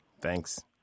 Thanks